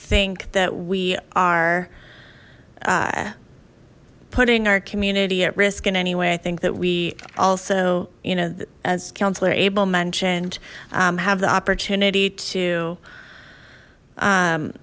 think that we are putting our community at risk in any way i think that we also you know as councillor able mentioned have the opportunity to